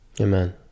amen